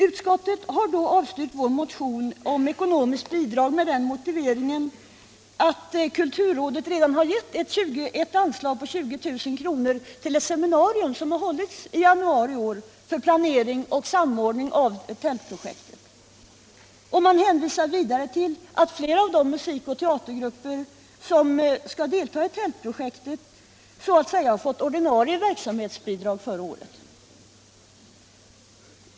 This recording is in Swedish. Utskottet har avstyrkt vår motion om ekonomiskt bidrag med motiveringen att kulturrådet redan har gett ett anslag på 20 000 kr. till ett seminarium som har hållits i år för planering och samordning av tältprojektet. Man hänvisar vidare till att flera av de musikoch teatergrupper som skall delta i Tältprojektet har fått så att säga ordinarie verksamhetsbidrag för året.